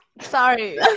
Sorry